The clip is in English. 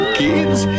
kids